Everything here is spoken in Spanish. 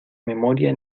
memoria